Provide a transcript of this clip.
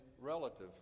relative